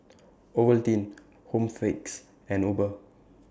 Ovaltine Home Fix and Uber